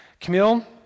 Camille